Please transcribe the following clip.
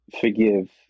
forgive